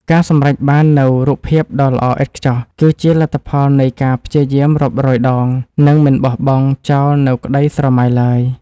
ការសម្រេចបាននូវរូបភាពដ៏ល្អឥតខ្ចោះ គឺជាលទ្ធផលនៃការព្យាយាមរាប់រយដង និងមិនបោះបង់ចោលនូវក្តីស្រមៃឡើយ។